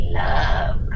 love